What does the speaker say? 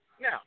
Now